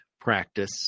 practice